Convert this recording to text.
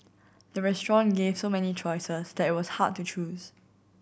the restaurant gave so many choices that it was hard to choose